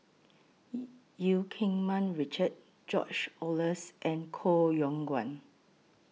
E EU Keng Mun Richard George Oehlers and Koh Yong Guan